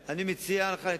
זה מה שאני מציע לך.